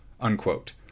unquote